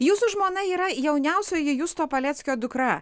jūsų žmona yra jauniausioji justo paleckio dukra